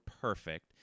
perfect